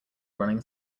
running